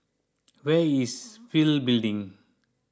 where is Pil Building